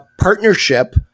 partnership